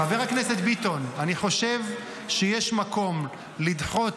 חבר הכנסת ביטון, אני חושב שיש מקום לדחות,